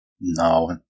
no